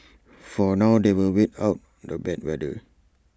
for now they will wait out the bad weather